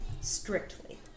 Strictly